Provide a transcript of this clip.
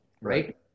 right